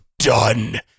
done